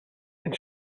and